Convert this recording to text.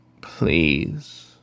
Please